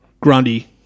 Grundy